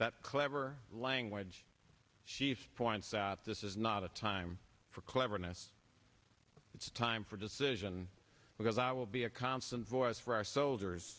that clever language she's points out this is not a time for cleverness it's a time for decision because i will be a constant voice for our soldiers